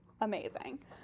amazing